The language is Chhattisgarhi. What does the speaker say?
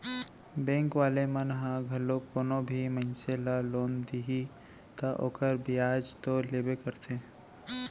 बेंक वाले मन ह घलोक कोनो भी मनसे ल लोन दिही त ओखर बियाज तो लेबे करथे